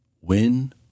win